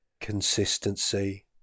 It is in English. consistency